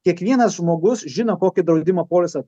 kiekvienas žmogus žino kokį draudimo polisą